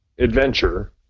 Adventure